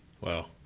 Wow